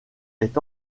est